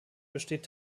besteht